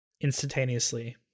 instantaneously